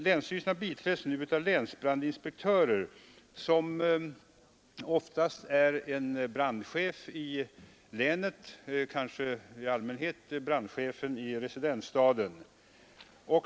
Länsstyrelserna biträds nu av länsbrandinspektörer, oftast en brandchef i länet — kanske i allmänhet brandchefen i residensstaden.